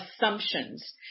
assumptions